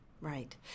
Right